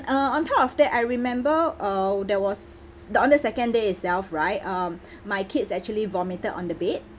uh on top of that I remember uh there was the on the second day itself right um my kids actually vomited on the bed